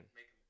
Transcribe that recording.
make